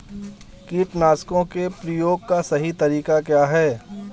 कीटनाशकों के प्रयोग का सही तरीका क्या है?